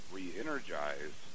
re-energize